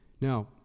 Now